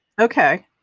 Okay